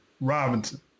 Robinson